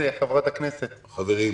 חברים,